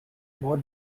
more